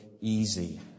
easy